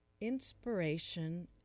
inspiration